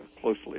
closely